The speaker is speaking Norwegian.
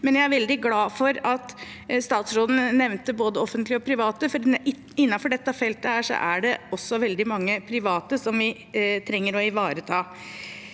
jeg er veldig glad for at statsråden nevnte både offentlige og private, for innenfor dette feltet er det også veldig mange private som vi trenger å ivareta.